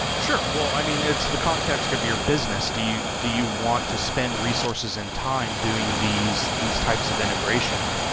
sure. well, i mean it's the context of your business. do you do you want to spend resources and time doing these these types of integration?